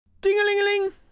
Ding-a-ling-a-ling